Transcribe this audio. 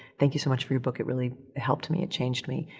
thank you so much for your book. it really helped me, it changed me.